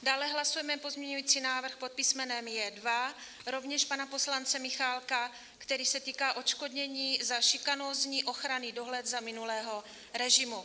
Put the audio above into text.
Dále hlasujeme pozměňovací návrh pod písmenem J2, rovněž pana poslance Michálka, který se týká odškodnění za šikanózní ochranný dohled za minulého režimu.